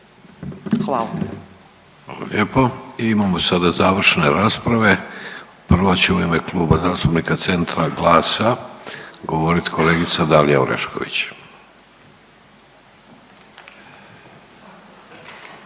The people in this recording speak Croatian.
Hvala lijepo. Imamo sada završne rasprave. Prva će u ime Kluba zastupnika Centra i GLAS-a govoriti kolegica Dalija Orešković.